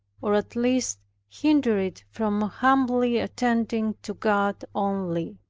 or at least hinder it from humbly attending to god only.